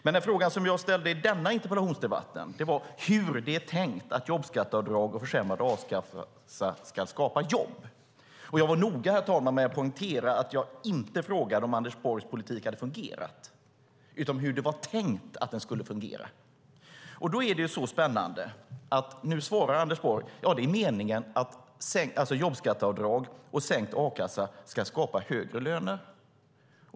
Den fråga jag ställde i denna interpellationsdebatt var dock hur det är tänkt att jobbskatteavdrag och försämrad a-kassa ska skapa jobb. Jag var noga, herr talman, med att poängtera att jag inte frågade om Anders Borgs politik hade fungerat utan hur det var tänkt att den skulle fungera. Då är det så spännande att Anders Borg svarar att det är meningen att jobbskatteavdrag och sänkt a-kassa ska skapa högre löner.